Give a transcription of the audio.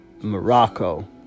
Morocco